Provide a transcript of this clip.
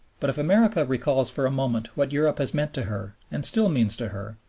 but if america recalls for a moment what europe has meant to her and still means to her,